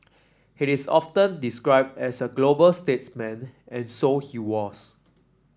he is often described as a global statesman and so he was